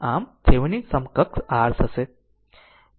આમ આમ થેવેનિન સમકક્ષ r હશે